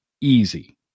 easy